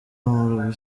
umurwi